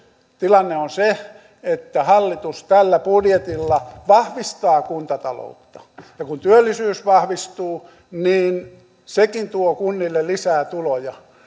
tilanne on se että hallitus tällä budjetilla vahvistaa kuntataloutta ja kun työllisyys vahvistuu niin sekin tuo kunnille lisää tuloja